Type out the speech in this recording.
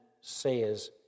says